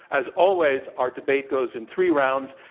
as always, our debate goes in three rounds,